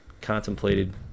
contemplated